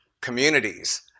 communities